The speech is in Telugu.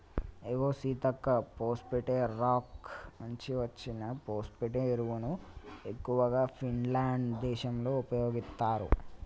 ఇగో సీతక్క పోస్ఫేటే రాక్ నుంచి అచ్చిన ఫోస్పటే ఎరువును ఎక్కువగా ఫిన్లాండ్ దేశంలో ఉపయోగిత్తారు